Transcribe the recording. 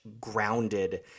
grounded